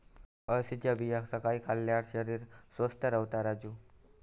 अळशीच्या बिया सकाळी खाल्ल्यार शरीर स्वस्थ रव्हता राजू